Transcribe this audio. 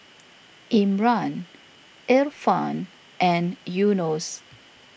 Imran Irfan and Yunos